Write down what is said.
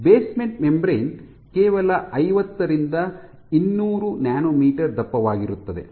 basement membrane ಕೇವಲ ಐವತ್ತು ರಿಂದ 200 ಇನ್ನೂರು ನ್ಯಾನೊಮೀಟರ್ ದಪ್ಪವಾಗಿರುತ್ತದೆ